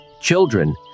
children